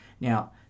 Now